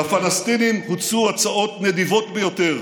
לפלסטינים הוצעו הצעות נדיבות ביותר,